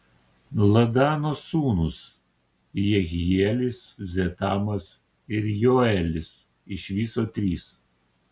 ladano sūnūs jehielis zetamas ir joelis iš viso trys